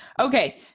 okay